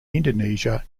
indonesia